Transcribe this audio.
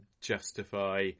justify